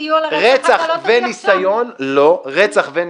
רצח וניסיון לרצח.